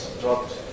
dropped